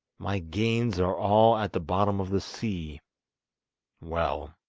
my gains are all at the bottom of the sea well!